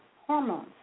hormones